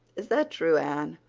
is that true, anne?